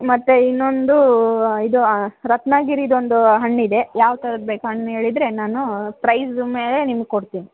ಮತ್ತು ಇನ್ನೊಂದು ಇದು ರತ್ನಗಿರಿದೊಂದು ಹಣ್ಣಿದೆ ಯಾವ ಥರದ ಬೇಕು ಹಣ್ಣು ಹೇಳಿದರೆ ನಾನು ಪ್ರೈಸ್ ಮೇಲೆ ನಿಮ್ಗೆ ಕೊಡ್ತೀನಿ